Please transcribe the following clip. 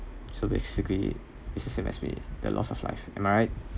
so basically is the same as with me the loss of life am I right